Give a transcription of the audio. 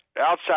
outside